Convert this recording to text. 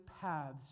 paths